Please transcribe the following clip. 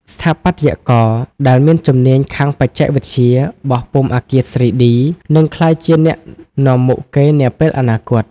ស្ថាបត្យករដែលមានជំនាញខាងបច្ចេកវិទ្យា "បោះពុម្ពអគារ 3D" នឹងក្លាយជាអ្នកនាំមុខគេនាពេលអនាគត។